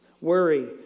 Worry